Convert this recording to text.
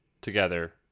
together